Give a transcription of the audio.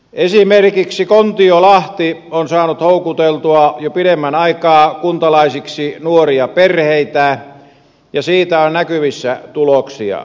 esimerkiksi kontiolahti on saanut houkuteltua jo pidemmän aikaa kuntalaisiksi nuoria perheitä ja siitä on näkyvissä tuloksia